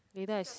later I